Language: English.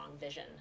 vision